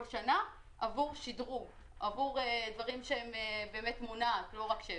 שנה עבור שדרוג ודברים מונעים ולא רק שברים.